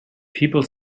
people